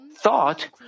thought